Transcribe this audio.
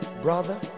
brother